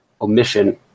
omission